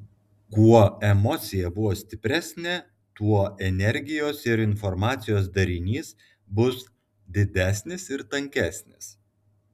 kuo emocija buvo stipresnė tuo energijos ir informacijos darinys bus didesnis ir tankesnis